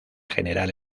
generar